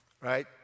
right